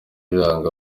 iranga